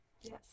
yes